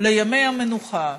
לימי המנוחה,